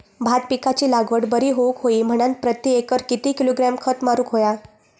भात पिकाची लागवड बरी होऊक होई म्हणान प्रति एकर किती किलोग्रॅम खत मारुक होया?